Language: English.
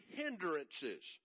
hindrances